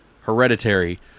Hereditary